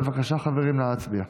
בבקשה, חברים, נא להצביע.